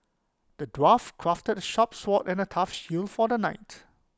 the dwarf crafted sharp sword and A tough shield for the knight